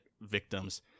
victims